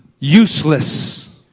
useless